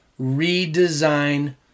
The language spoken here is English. Redesign